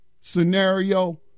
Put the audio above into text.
scenario